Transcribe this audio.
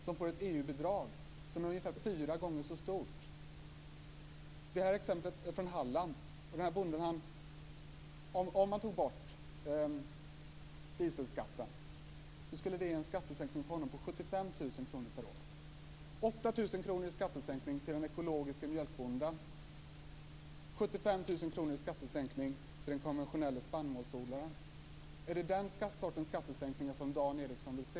Han får ett EU bidrag som är ungefär fyra gånger så stort. Om man tog bort dieselskatten skulle detta ge en skattesänkning för honom på 75 000 kr per år. 8 000 kr i skattesänkning till den ekologiska mjölkbonden, 75 000 kr i skattesänkning till den konventionella spannmålsbonden. Är det den sortens skattesänkning som Dan Ericsson vill se?